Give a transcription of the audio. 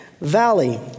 Valley